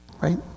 Right